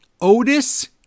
Otis